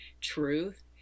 truth